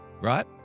Right